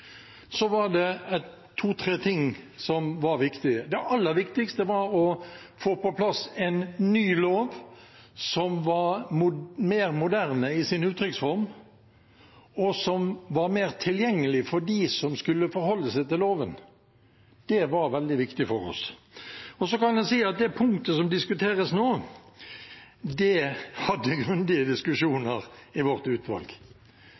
var det to–tre ting som var viktige. Det aller viktigste var å få på plass en ny lov som var mer moderne i sin uttrykksform, og som var mer tilgjengelig for dem som skulle forholde seg til loven. Det var veldig viktig for oss. Så kan en si at det punktet som diskuteres nå, hadde vi grundige diskusjoner om i vårt utvalg